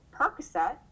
Percocet